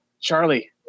Charlie